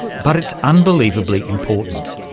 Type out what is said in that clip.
but it's unbelievably important.